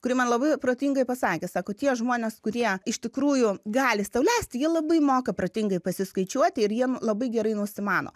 kuri man labai protingai pasakė sako tie žmonės kurie iš tikrųjų gali sau leisti jie labai moka protingai pasiskaičiuoti ir jiem labai gerai nusimano